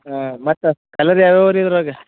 ಹಾಂ ಮತ್ತು ಕಲರ್ ಯಾವ್ಯಾವ ರೀ ಇದ್ರಾಗ